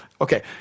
okay